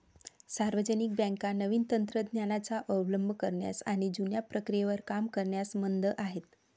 सार्वजनिक बँका नवीन तंत्र ज्ञानाचा अवलंब करण्यास आणि जुन्या प्रक्रियेवर काम करण्यास मंद आहेत